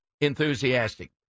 Enthusiastic